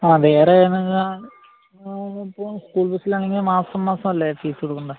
ആ വേറെ എന്ന് പറഞ്ഞാൽ സ്കൂള് ബസിൽ അങ്ങനെ മാസം മാസം അല്ലേ ഫീസ് കൊടുക്കേണ്ടത്